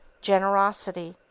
generosity,